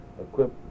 equipped